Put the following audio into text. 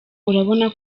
urabona